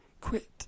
quit